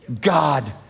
God